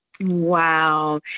Wow